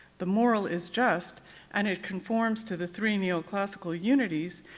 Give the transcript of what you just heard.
the moral is just and it conforms to the three neoclassical unities,